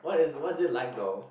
what is what's it like though